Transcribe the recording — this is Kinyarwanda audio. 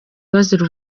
bazira